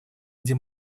где